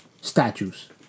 Statues